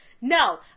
No